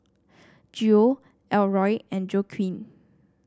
Geo Elroy and Joaquin